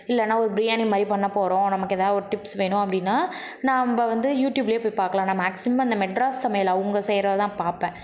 இல்லைனா ஒரு பிரியாணி மாதிரி பண்ணப்போகிறோம் நமக்கு எதாவது ஒரு டிப்ஸ் வேணும் அப்படினா நாம்ப வந்து யூடியூபிலயே போய் பார்க்கலாம் நம்ம மேக்ஸிமம் அந்த மெட்ராஸ் மேல் அவங்க செய்கிறதான் பார்ப்பேன்